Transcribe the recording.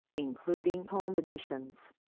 including home additions,